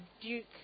Duke